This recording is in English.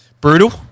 brutal